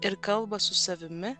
ir kalba su savimi